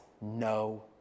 no